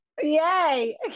Yay